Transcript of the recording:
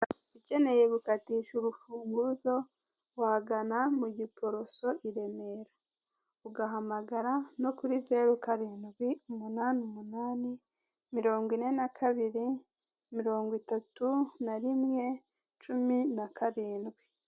Ukeneye gukatisha urufunguzo wagana mu Giporoso i Remera, ugahamagara no kuri zeru karindwi, umunani umunani, mirongo ine na kabiri, mirongo itatu na rimwe, cumi na karindwi.